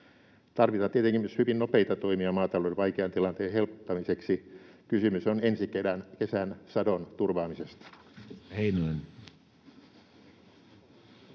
Tarvitaan tietenkin myös hyvin nopeita toimia maatalouden vaikean tilanteen helpottamiseksi. Kysymys on ensi kesän sadon turvaamisesta.